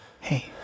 Hey